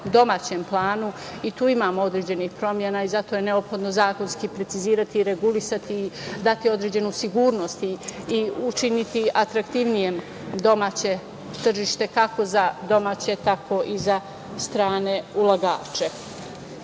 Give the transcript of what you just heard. domaćem planu i tu imamo određenih promena i zato je neophodno zakonski precizirati i regulisati, dati određenu sigurnost i učiniti atraktivnijem domaće tržište, kako za domaće, tako i za strane ulagače. Pitanje